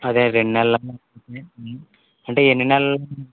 అదే రెండు నెల్లా అంటే ఎన్ని నెలలు